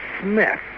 smith